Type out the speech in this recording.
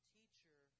Teacher